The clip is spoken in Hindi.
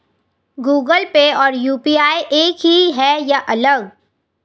गूगल पे और यू.पी.आई एक ही है या अलग?